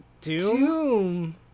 Doom